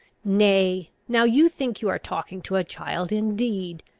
nay, now you think you are talking to a child indeed.